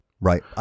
right